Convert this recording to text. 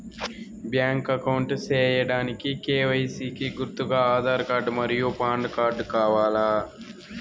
Bank account సేయడానికి KYC కి గుర్తుగా ఆధార్ కార్డ్ మరియు పాన్ కార్డ్ కావాలా?